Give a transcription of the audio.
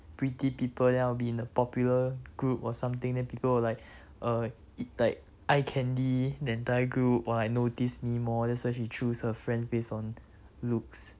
pretty people then I will be in the popular group or something then people will like uh like eye candy the entire group !wah! notice me more that's why she choose her friends based on looks